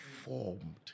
formed